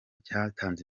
cyatanze